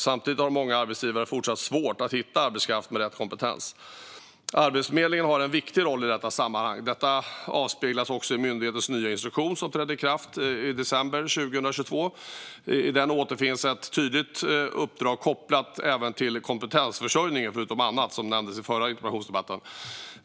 Samtidigt har många arbetsgivare fortsatt svårt att hitta arbetskraft med rätt kompetens. Arbetsförmedlingen har en viktig roll i detta sammanhang. Det avspeglas också i myndighetens nya instruktion, som trädde i kraft i december 2022. I den återfinns ett tydligt uppdrag kopplat även till kompetensförsörjning, förutom annat som nämndes i den förra interpellationsdebatten.